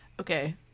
Okay